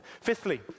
Fifthly